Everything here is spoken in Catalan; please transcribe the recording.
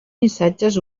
missatges